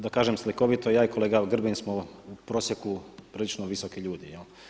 Da kažem slikovito ja i kolega Grbin smo u prosjeku prilično visoki ljudi.